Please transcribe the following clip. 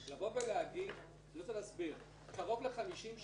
אני רוצה להסביר: קרוב לחמישים שנה